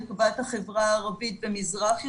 לטובת החברה הערבית במזרח ירושלים,